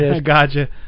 Gotcha